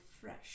fresh